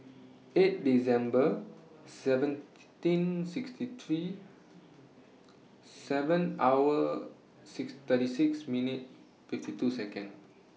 eight December seventeen sixty three seven hour six thirty six minute fifty two Second